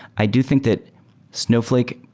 i do think that snowflake,